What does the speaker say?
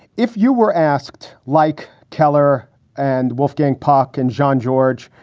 if you were asked like keller and wolfgang puck and john george,